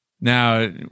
Now